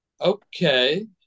okay